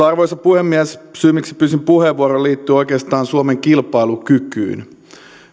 arvoisa puhemies syy miksi pyysin puheenvuoron liittyy oikeastaan suomen kilpailukykyyn